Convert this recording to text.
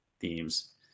themes